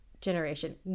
generation